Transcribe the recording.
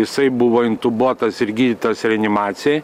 jisai buvo intubuotas ir gydytas reanimacijoj